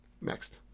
Next